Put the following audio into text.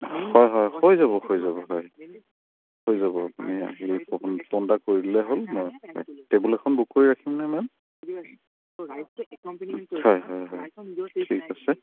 হয় হয় হৈ যাব হৈ যাব হয় হৈ যাব আপুনি আহিলেই ফোন ফোন এটা কৰি দিলেই হ'ল মই হয় টেবুল এখন বুক কৰি ৰাখিম নে মেম হয় হয় হয় ঠিক আছে